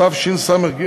התשס"ג 2003,